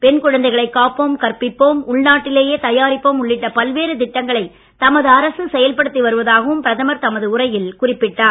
பெண் குழந்தைகளை காப்போம் கற்பிப்போம் உள்நாட்டிலேயே தயாரிப்போம் உள்ளிட்ட பல்வேறு திட்டங்களை தமது அரசு செயல்படுத்தி வருவதாகவும் பிரதமர் தமது உரையில் குறிப்பிட்டார்